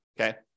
okay